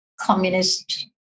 communist